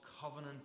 covenant